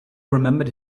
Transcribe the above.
remembered